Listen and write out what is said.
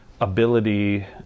ability